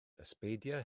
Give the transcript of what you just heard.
ysbeidiau